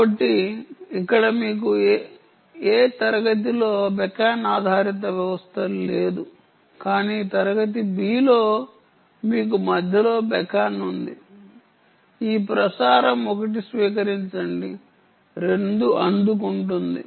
కాబట్టి ఇక్కడ మీకు A తరగతిలో బెకన్ ఆధారిత వ్యవస్థ లేదు కానీ తరగతి B లో మీకు మధ్యలో బెకన్ ఉంది ఈ ప్రసారం 1 స్వీకరించండి 2 అందుకుంటుంది